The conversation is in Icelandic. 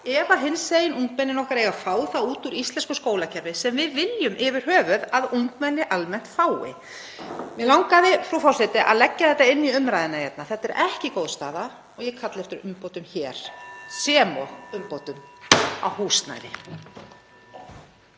ef hinsegin ungmennin okkar eiga að fá það út úr íslensku skólakerfi sem við viljum yfirhöfuð að ungmenni almennt fái. Mig langaði, frú forseti, að leggja þetta inn í umræðuna hérna. Þetta er ekki góð staða og ég kalla eftir umbótum hér sem og umbótum á húsnæði.